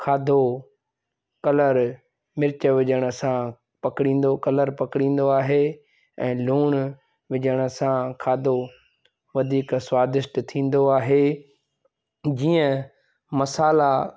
खाधो कलर मिर्च विझण सां पकड़ींदो कलर पकड़ींदो आहे ऐं लूणु विझण सां खाधो वधीक स्वादिष्ट थींदो आहे जीअं मसाला